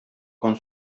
con